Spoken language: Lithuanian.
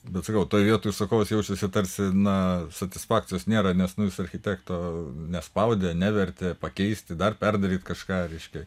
bet sakau toj vietoj užsakovas jaučiasi tarsi na satisfakcijos nėra nes nu jis architekto nespaudė nevertė pakeisti dar perdaryt kažką reiškia